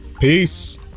Peace